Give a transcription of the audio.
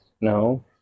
No